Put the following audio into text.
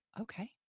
Okay